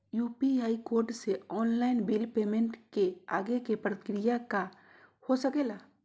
UPI code से online bill payment के आगे के प्रक्रिया का हो सके ला?